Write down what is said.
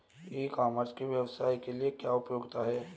ई commerce की व्यवसाय के लिए क्या उपयोगिता है?